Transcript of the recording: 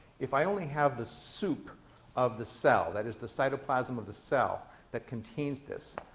if i only have the soup of the cell, that is, the cytoplasm of the cell that contains this,